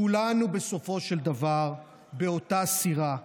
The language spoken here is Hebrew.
כולנו בסופו של דבר באותה סירה.